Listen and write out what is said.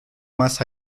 más